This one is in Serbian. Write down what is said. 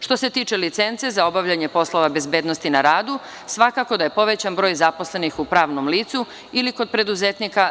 Što se tiče licence za obavljanje poslova bezbednosti na radu, svakako da je povećan broj zaposlenih u pravnom licu ili kod preduzetnika.